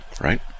right